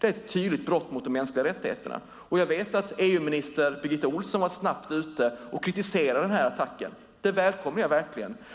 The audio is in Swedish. Det är ett tydligt brott mot de mänskliga rättigheterna. Jag vet att EU-minister Birgitta Ohlsson var snabbt ute och kritiserade den här attacken. Det välkomnar jag verkligen.